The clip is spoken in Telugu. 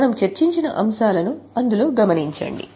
మనం చర్చించిన అంశాలను అందులో గమనించండి